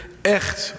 echt